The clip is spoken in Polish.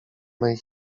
mej